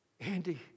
Andy